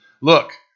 look